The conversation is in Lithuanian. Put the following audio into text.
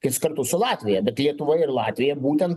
tai kartu su latvija bet lietuva ir latvija būtent